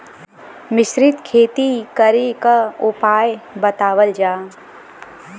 मिश्रित खेती करे क उपाय बतावल जा?